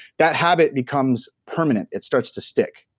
that habit becomes permanent. it starts to stick.